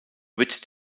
wird